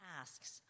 asks